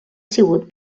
sigut